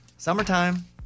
Summertime